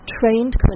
trained